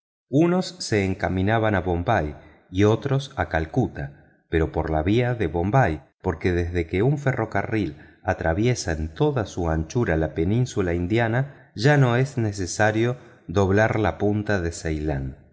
unos se encaminaban a bombay y otros a calcuta pero por la vía de bombay porque desde que un ferrocarril atraviesa en toda su anchura la península hindú ya no es necesario doblar la punta de ceylán